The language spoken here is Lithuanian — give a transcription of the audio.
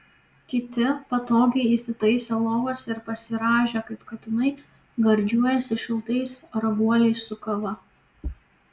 kiti patogiai įsitaisę lovose ir pasirąžę kaip katinai gardžiuojasi šiltais raguoliais su kava